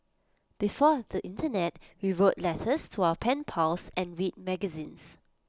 before the Internet we wrote letters to our pen pals and read magazines